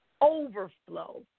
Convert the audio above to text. overflow